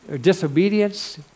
disobedience